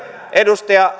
edustaja